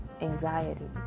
anxiety